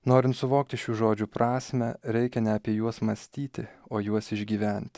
norint suvokti šių žodžių prasmę reikia ne apie juos mąstyti o juos išgyvent